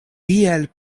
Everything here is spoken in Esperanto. tiel